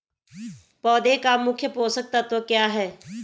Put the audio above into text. पौधें का मुख्य पोषक तत्व क्या है?